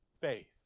faith